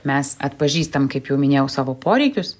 mes atpažįstam kaip jau minėjau savo poreikius